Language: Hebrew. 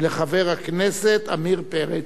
אם יהיו באולם וירצו לדבר, הם ידברו.